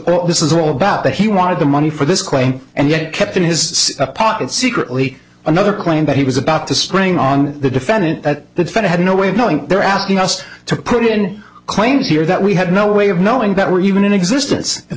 all this is all about but he wanted the money for this claim and yet kept in his pocket secretly another claim that he was about to spring on the defendant that the fed had no way of knowing they're asking us to put in claims here that we had no way of knowing that were even in existence